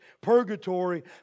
purgatory